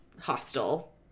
hostile